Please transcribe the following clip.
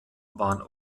waren